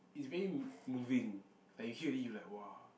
is very moving like you hear already you like !wah!